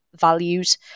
values